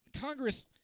Congress